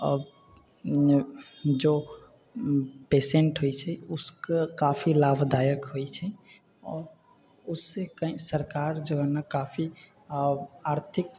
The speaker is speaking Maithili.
जे पेशेन्ट होइ छै ओकरा काफी लाभदायक होइ छै आओर ओहिसँ कहीँ सरकार जे हइ ने काफी आर्थिक